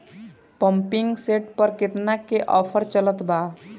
Pumping set पर केतना के ऑफर चलत बा?